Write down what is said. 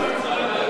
משפטים,